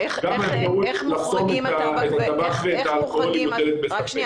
גם האפשרות לחסום את הטבק ואת האלכוהול היא מוטלת בספק.